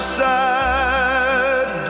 sad